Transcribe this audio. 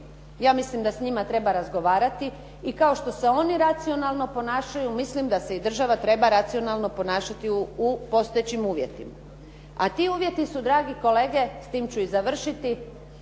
ja mislim da s njima treba razgovarati i kao što se oni racionalno ponašaju, mislim da se i država treba racionalno ponašati u postojećim uvjetima. A ti uvjeti su dragi kolege s tim ću i završiti,